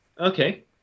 okay